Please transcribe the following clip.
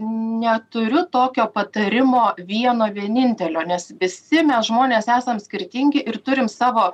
neturiu tokio patarimo vieno vienintelio nes visi mes žmonės esam skirtingi ir turim savo